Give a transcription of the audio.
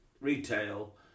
retail